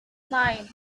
nine